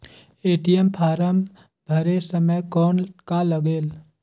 ATM form भरे समय कौन का लगेल?